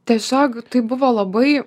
tiesiog tai buvo labai